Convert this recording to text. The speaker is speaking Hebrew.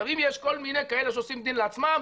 אם יש כל מיני כאלה שעושים דין לעצמם,